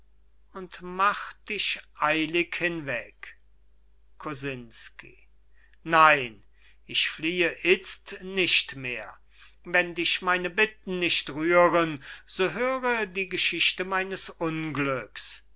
und mach dich eilig hinweg kosinsky nein ich fliehe itzt nicht mehr wenn dich meine bitten nicht rühren so höre die geschichte meines unglücks